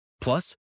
Plus